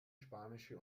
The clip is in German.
spanische